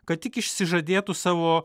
kad tik išsižadėtų savo